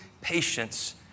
patience